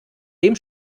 dem